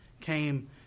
came